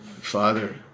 Father